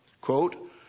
quote